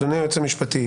אדוני היועץ המשפטי,